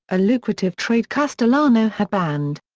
a lucrative trade castellano had banned.